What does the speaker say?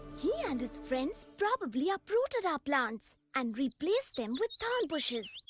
he and his friends probably uprooted our plants and replaced them with thorn bushes.